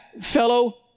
fellow